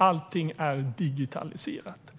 Allting är digitaliserat.